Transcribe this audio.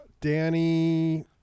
Danny